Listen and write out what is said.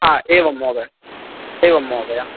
आ एवं महोदय एवं महोदय